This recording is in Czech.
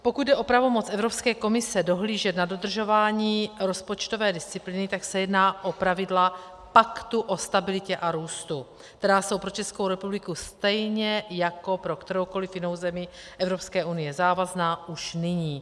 Pokud jde o pravomoc Evropské komise dohlížet na dodržování rozpočtové disciplíny, tak se jedná o pravidla Paktu o stabilitě a růstu, která jsou pro Českou republiku stejně jako pro kteroukoliv jinou zemi Evropské unie závazná už nyní.